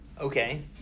Okay